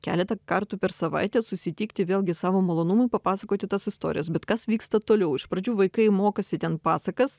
keletą kartų per savaitę susitikti vėlgi savo malonumui papasakoti tas istorijas bet kas vyksta toliau iš pradžių vaikai mokosi ten pasakas